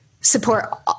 support